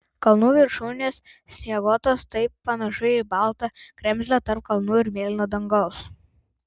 kalnų viršūnės snieguotos tai panašu į baltą kremzlę tarp kalnų ir mėlyno dangaus